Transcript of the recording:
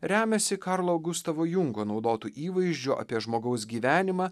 remiasi karlo gustavo jungo naudotu įvaizdžiu apie žmogaus gyvenimą